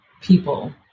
people